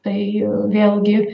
tai vėlgi